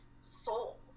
soul